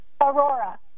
Aurora